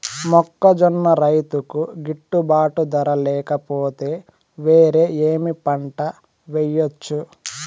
మొక్కజొన్న రైతుకు గిట్టుబాటు ధర లేక పోతే, వేరే ఏమి పంట వెయ్యొచ్చు?